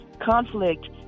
conflict